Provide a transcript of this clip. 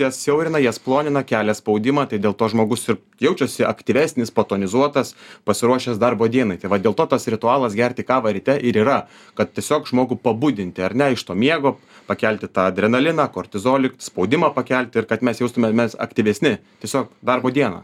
jas siaurina jas plonina kelia spaudimą tai dėl to žmogus ir jaučiasi aktyvesnis patonizuotas pasiruošęs darbo dienai tai vat dėl to tas ritualas gerti kavą ryte ir yra kad tiesiog žmogų pabudinti ar ne iš to miego pakelti tą adrenaliną kortizolį spaudimą pakelti ir kad mes jaustumėmės aktyvesni tiesiog darbo dieną